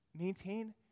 maintain